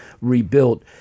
rebuilt